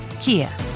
Kia